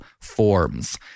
forms